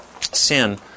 sin